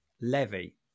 levy